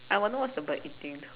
I wonder what's the bird eating